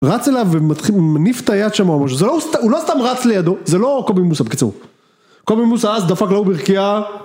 רץ אליו ומניף את היד שם. הוא לא סתם רץ לידו, זה לא קובי מוסה בקיצור. קובי מוסה אז דפק לו בירכייה